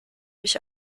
mich